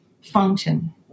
function